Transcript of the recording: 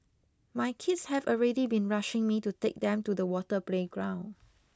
my kids have already been rushing me to take them to the water playground